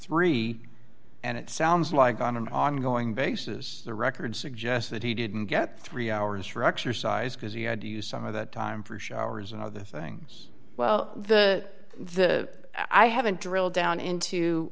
three and it sounds like on an ongoing basis the record suggests that he didn't get three hours for exercise because he had to use some of that time for showers and other things well the the i haven't drilled down into